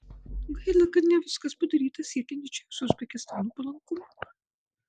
gaila kad ne viskas padaryta siekiant didžiausio uzbekistano palankumo